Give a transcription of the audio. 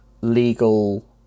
legal